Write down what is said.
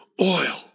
oil